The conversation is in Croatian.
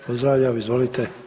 Pozdravljam, izvolite.